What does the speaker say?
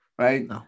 right